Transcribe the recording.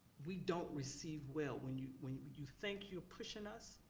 we don't receive well when you when you think you're pushing us,